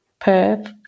Perth